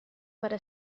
para